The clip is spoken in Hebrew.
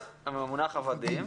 המונח "עבדים".